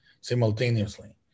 simultaneously